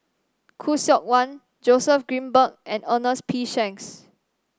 Khoo Seok Wan Joseph Grimberg and Ernest P Shanks